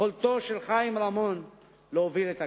יכולתו של חיים רמון להוביל את הקבוצה.